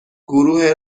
گروه